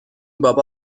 بابا